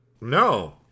No